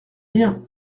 rien